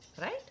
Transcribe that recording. right